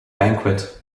banquet